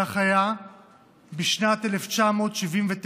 כך היה בשנת 1979,